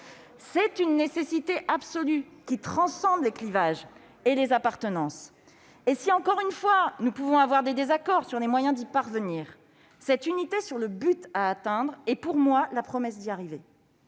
C'est une nécessité absolue, qui transcende les clivages et les appartenances. Si nous pouvons avoir des désaccords sur les moyens d'y parvenir, cette unité sur le but à atteindre est pour moi la promesse d'y arriver.